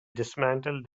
dismantled